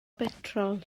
betrol